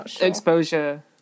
exposure